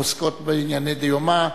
העוסקות בענייני דיומא,